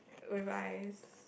whereby